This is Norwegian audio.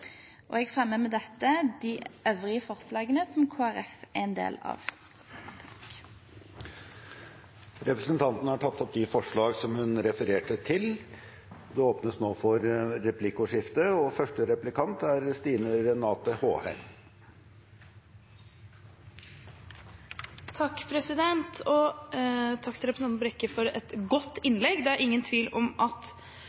og jeg fremmer med dette de øvrige forslagene som Kristelig Folkeparti er en del av. Det blir replikkordskifte. Takk til representanten Brekke for et godt